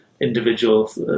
individuals